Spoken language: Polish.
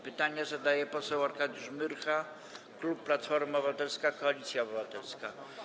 Pytanie zada poseł Arkadiusz Myrcha, klub Platforma Obywatelska - Koalicja Obywatelska.